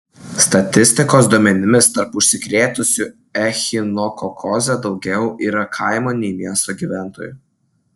statistikos duomenimis tarp užsikrėtusių echinokokoze daugiau yra kaimo nei miesto gyventojų